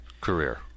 career